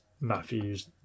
Matthews